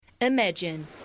Imagine